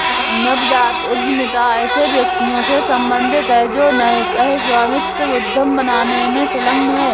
नवजात उद्यमिता ऐसे व्यक्तियों से सम्बंधित है जो नए सह स्वामित्व उद्यम बनाने में संलग्न हैं